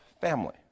family